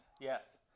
Yes